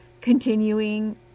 continuing